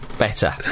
Better